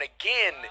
again